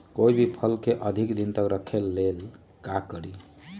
कोई भी फल के अधिक दिन तक रखे के ले ल का करी?